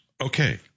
Okay